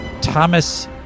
Thomas